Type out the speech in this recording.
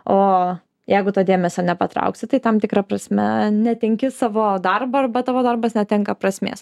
o jeigu to dėmesio nepatrauksi tai tam tikra prasme netenki savo darbo arba tavo darbas netenka prasmės